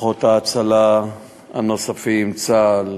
כוחות ההצלה הנוספים, צה"ל,